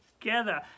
together